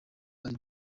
ari